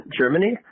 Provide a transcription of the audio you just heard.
Germany